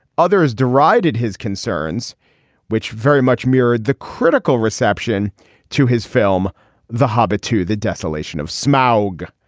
others derided his concerns which very much mirrored the critical reception to his film the hobbit to the desolation of smog.